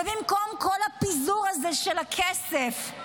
במקום כל הפיזור הזה של הכסף,